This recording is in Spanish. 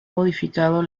modificado